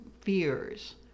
fears